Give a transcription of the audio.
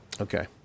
Okay